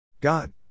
God